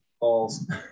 balls